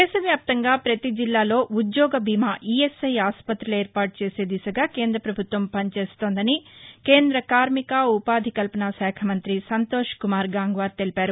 దేశ వ్యాప్తంగా పతి జిల్లాలో ఉద్యోగ బీమా ఇఎస్ఐ ఆసుపత్రులు ఏర్పాటు చేసే దిశగా కేంద పభుత్వం పని చేస్తోందని కేంద్ర కార్నిక ఉపాధి కల్సనా శాఖ మంతి సంతోష్ కుమార్ గాంగ్వార్ తెలిపారు